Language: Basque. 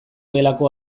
gelako